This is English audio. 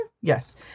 yes